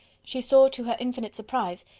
she saw, to her infinite surprise,